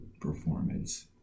performance